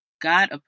God